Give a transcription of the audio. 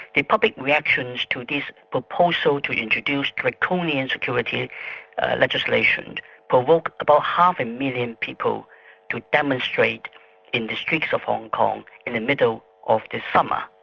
public reactions to this proposal to introduce draconian security legislation provoked about half a million people to demonstrate in the streets of hong kong, in the middle of the summer,